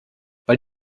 weil